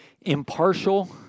Impartial